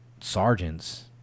sergeants